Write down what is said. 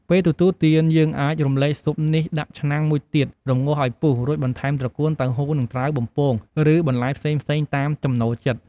ពេលទទួលទាន យើងអាចរំលែកស៊ុបនេះដាក់ឆ្នាំងមួយទៀត រំងាស់ឱ្យពុះ រួចបន្ថែមត្រកួន តៅហ៊ូ និង ត្រាវបំពង ឬ បន្លែផ្សេងៗតាមចំណូលចិត្ត។